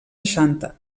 seixanta